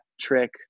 trick